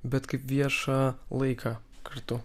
bet kaip viešą laiką kartu